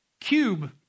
Cube